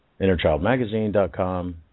innerchildmagazine.com